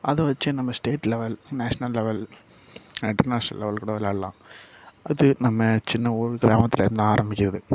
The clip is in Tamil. அதை வச்சே நம்ம state level national level international level கூட விளாட்லாம் அது நம்ம சின்ன ஒரு கிராமத்தில் இருந்து ஆரம்மிக்குது